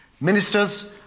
Ministers